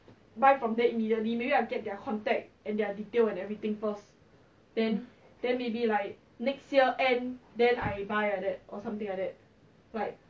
mmhmm